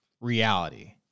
reality